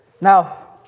Now